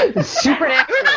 Supernatural